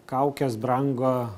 kaukės brango